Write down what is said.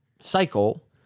cycle